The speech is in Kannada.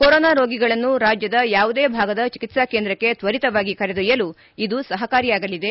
ಕೊರೋನಾ ರೋಗಿಗಳನ್ನು ರಾಜ್ಯದ ಯಾವುದೇ ಭಾಗದ ಚಿಕಿತ್ಲಾ ಕೇಂದ್ರಕ್ಕೆ ತ್ವರಿತವಾಗಿ ಕರೆದೊಯ್ಯಲು ಇದು ಸಹಕಾರಿಯಾಗಲಿದೆ